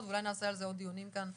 ואולי נעשה על זה עוד דיונים כאן בשמחה,